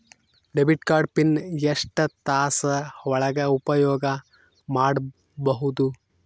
Debit card PIN ಎಷ್ಟ ತಾಸ ಒಳಗ ಉಪಯೋಗ ಮಾಡ್ಬಹುದು?